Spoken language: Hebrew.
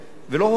ולא הוא המצב.